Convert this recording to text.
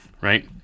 right